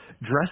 dress